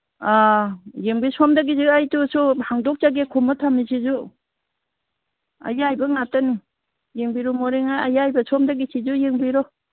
ꯑꯥ ꯌꯦꯡꯕꯤꯌꯨ ꯁꯣꯝꯗꯒꯤꯁꯦ ꯑꯩ ꯇꯨ ꯁꯨ ꯍꯥꯡꯗꯣꯛꯆꯒꯦ ꯈꯨꯝꯃ ꯊꯝꯃꯤꯁꯤꯁꯨ ꯑꯌꯥꯏꯕ ꯉꯥꯛꯅꯤ ꯌꯦꯡꯕꯤꯔꯣ ꯃꯣꯔꯦ ꯉꯥ ꯑꯌꯥꯏꯕ ꯁꯣꯝꯗꯒꯤꯁꯤꯁꯨ ꯌꯦꯡꯕꯤꯔꯣ